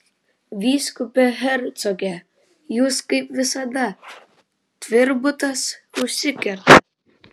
vyskupe hercoge jūs kaip visada tvirbutas užsikerta